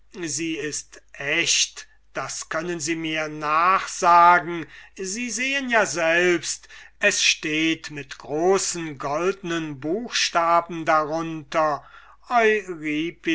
sie ist echt das können sie mir nachsagen sie sehen ja selbst es steht mit großen goldnen buchstaben drunter